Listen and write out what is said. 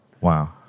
Wow